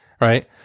right